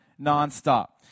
nonstop